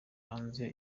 hanze